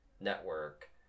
network